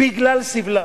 בגלל סבלם,